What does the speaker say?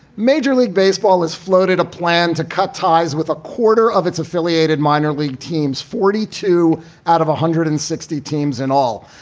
major league baseball has floated a plan to cut ties with a quarter of its affiliated minor league teams. forty two out of one hundred and sixty teams in all.